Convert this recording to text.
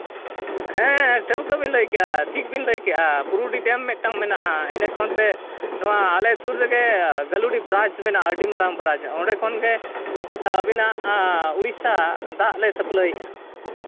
ᱦᱮᱸ ᱪᱮᱫ ᱞᱮᱠᱟ ᱵᱤᱱ ᱞᱟᱹᱭ ᱠᱮᱫᱼᱟ ᱴᱷᱤᱠ ᱵᱤᱱ ᱞᱟᱹᱭ ᱠᱮᱫᱼᱟ ᱵᱩᱨᱩᱰᱤ ᱰᱮᱢ ᱢᱤᱫᱴᱟᱱ ᱢᱮᱱᱟᱜᱼᱟ ᱤᱱᱟᱹ ᱠᱟᱨᱚᱱ ᱛᱮ ᱱᱚᱣᱟ ᱟᱞᱮ ᱥᱩᱨ ᱨᱮᱜᱮ ᱜᱟᱹᱞᱩᱰᱤ ᱵᱨᱟᱧᱪ ᱢᱮᱱᱟᱜᱼᱟ ᱟᱹᱰᱤ ᱢᱟᱨᱟᱝ ᱵᱨᱟᱧᱪ ᱚᱸᱰᱮ ᱠᱷᱚᱱᱜᱮ ᱟᱹᱵᱤᱱᱟᱜ ᱩᱲᱤᱥᱥᱟ ᱫᱟᱜ ᱞᱮ ᱥᱟᱹᱯᱞᱟᱭᱮᱫᱼᱟ